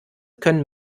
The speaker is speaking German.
können